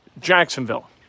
Jacksonville